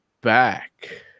back